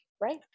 Right